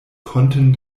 konnten